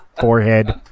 forehead